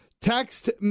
Text